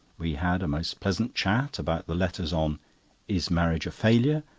we had a most pleasant chat about the letters on is marriage a failure?